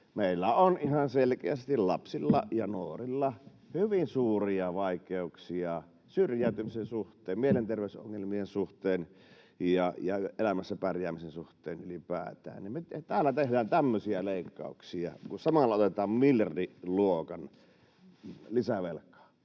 meillä on ihan selkeästi lapsilla ja nuorilla hyvin suuria vaikeuksia syrjäytymisen suhteen, mielenterveysongelmien suhteen ja elämässä pärjäämisen suhteen ylipäätään. Täällä tehdään tämmöisiä leikkauksia, kun samalla otetaan miljardiluokan lisävelkaa.